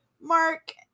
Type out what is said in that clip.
Mark